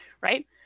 Right